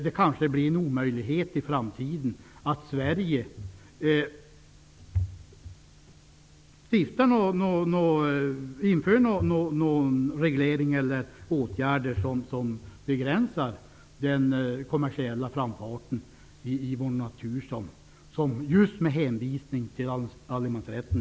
Det kanske blir en omöjlighet för Sverige att i framtiden införa någon reglering eller vidta åtgärder som begränsar den kommersiella framfarten i vår natur, vilket vi just nu får se med hänvisning till allemansrätten.